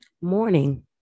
morning